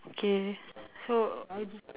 K so